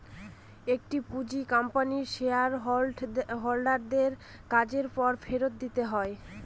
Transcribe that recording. একটি পুঁজি কোম্পানির শেয়ার হোল্ডার দের কাজের পর ফেরত দিতে হয়